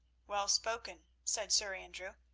well spoken, said sir andrew.